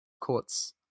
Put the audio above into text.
Courts